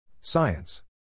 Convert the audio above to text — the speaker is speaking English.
Science